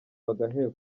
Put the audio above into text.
bagaheba